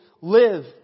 live